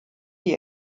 die